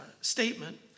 statement